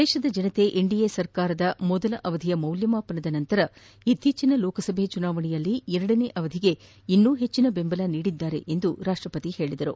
ದೇಶದ ಜನರು ಎನ್ಡಿಎ ಸರ್ಕಾರದ ಮೊದಲ ಅವಧಿಯ ಮೌಲ್ಯಮಾಪನದ ಬಳಿಕ ಇತ್ತೀಚಿನ ಲೋಕಸಭಾ ಚುನಾವಣೆಯಲ್ಲಿ ಎರಡನೇ ಅವಧಿಗೆ ಇನ್ನೂ ಹೆಚ್ಚಿನ ಬೆಂಬಲ ನೀಡಿದ್ದಾರೆ ಎಂದು ಅವರು ತಿಳಿಸಿದರು